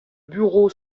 bureau